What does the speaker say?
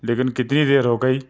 لیکن کتنی دیر ہوگئی